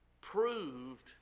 proved